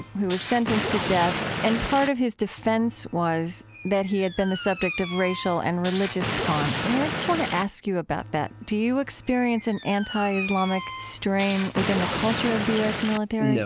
who was sentenced to death, and part of his defense was that he had been the subject of racial and religious taunts. i mean, i just want to ask you about about that. do you experience an anti-islamic strain within the culture of the u s. military? no.